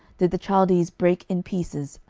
did the chaldees break in pieces,